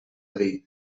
dir